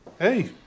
hey